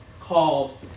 called